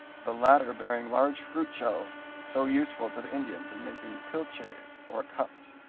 the latter bearing large fruit shells so useful to the indians in making pilches or cups.